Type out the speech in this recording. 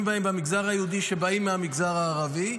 בהם במגזר היהודי שבאים מהמגזר הערבי,